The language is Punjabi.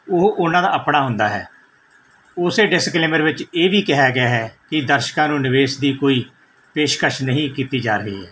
ਉਹ ਉਹਨਾਂ ਦਾ ਆਪਣਾ ਹੁੰਦਾ ਹੈ ਉਸੇ ਡਿਸਕਲੇਮਰ ਵਿੱਚ ਇਹ ਵੀ ਕਿਹਾ ਗਿਆ ਹੈ ਕਿ ਦਰਸ਼ਕਾਂ ਨੂੰ ਨਿਵੇਸ਼ ਦੀ ਕੋਈ ਪੇਸ਼ਕਸ਼ ਨਹੀਂ ਕੀਤੀ ਜਾ ਰਹੀ ਹੈ